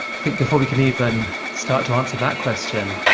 i think before we can even start to answer that question,